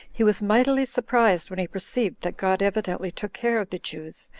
he was mightily surprised when he perceived that god evidently took care of the jews,